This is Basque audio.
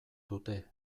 dute